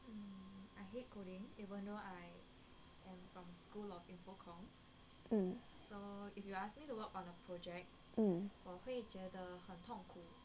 mm